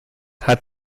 hat